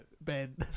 Ben